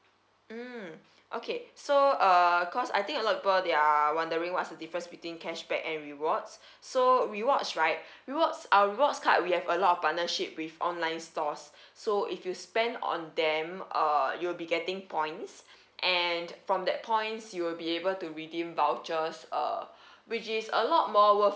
mm okay so uh cause I think a lot of people they are wondering what's the difference between cashback and rewards so rewards right rewards our rewards card we have a lot of partnership with online stores so if you spend on them uh you'll be getting points and from that points you'll be able to redeem vouchers uh which is a lot more worth